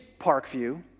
Parkview